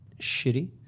Shitty